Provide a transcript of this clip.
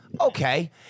Okay